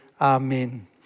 Amen